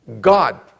God